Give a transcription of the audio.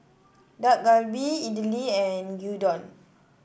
Dak Galbi Idili and Gyudon